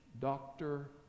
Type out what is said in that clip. doctor